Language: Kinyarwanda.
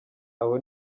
abo